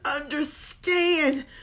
understand